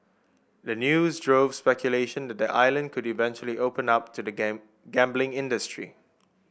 the news drove speculation that the island could eventually open up to the game gambling industry